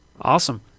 Awesome